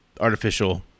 Artificial